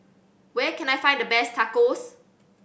where can I find the best Tacos